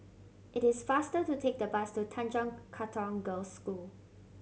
it is faster to take the bus to Tanjong Katong Girls' School